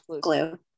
glue